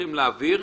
צריכים להעביר.